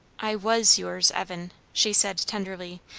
i was yours, evan! she said tenderly,